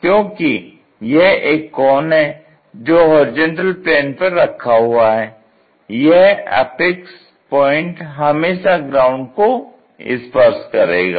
क्योंकि यह एक कॉन है जो होरिजेंटल प्लेन पर रखा हुआ है यह अपेक्स पॉइंट हमेशा ग्राउंड को स्पर्श करेगा